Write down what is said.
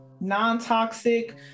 non-toxic